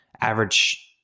average